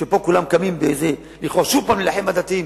ופה כולם קמים שוב הפעם להילחם בדתיים: